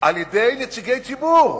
על-ידי נציגי ציבור,